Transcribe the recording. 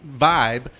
vibe